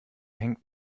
hängt